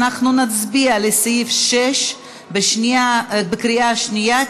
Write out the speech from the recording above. נצביע על סעיף 6 בקריאה שנייה,